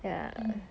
mm